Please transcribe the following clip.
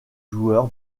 joueur